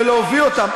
ולהביא אותם,